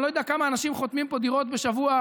אני לא יודע כמה אנשים חותמים פה על דירות בשבוע,